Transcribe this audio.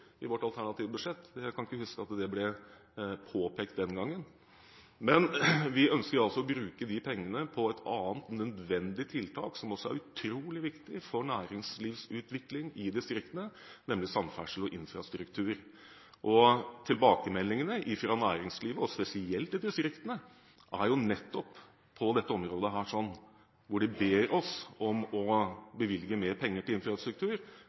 i vårt alternative budsjett. Jeg kan ikke huske at det ble påpekt den gangen. Vi ønsker altså å bruke de pengene på et annet nødvendig tiltak, som også er utrolig viktig for næringslivsutvikling i distriktene, nemlig samferdsel og infrastruktur. Tilbakemeldingene fra næringslivet, spesielt i distriktene, er at de ber oss om å bevilge mer penger til infrastruktur,